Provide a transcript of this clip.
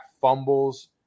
fumbles